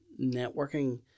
networking